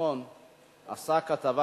בן-סימון עשה כתבה